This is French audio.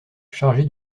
chargé